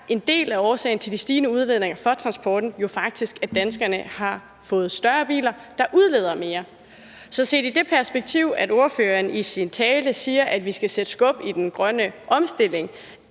en del af årsagen til den stigende CO2-udledning fra transporten jo faktisk er, at danskerne har fået større biler, der udleder mere CO2. Så set i det perspektiv, at ordføreren i sin tale siger, at vi skal sætte skub i den grønne omstilling,